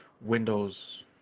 Windows